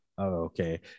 Okay